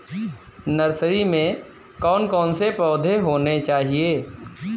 Nursery में कौन कौन से पौधे होने चाहिए?